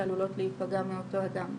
שעלולות להיפגע מאותו אדם,